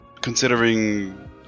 considering